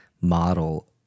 model